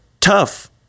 tough